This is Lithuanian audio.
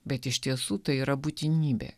bet iš tiesų tai yra būtinybė